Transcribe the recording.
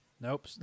Nope